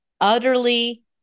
utterly